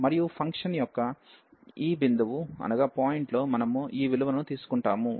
మరియు ఫంక్షన్ యొక్క ఈ బిందువు లో మనము ఈ విలువను తీసుకుంటాము ఇది ఇక్కడ fckΔxkఉంది